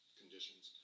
conditions